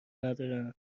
ندارم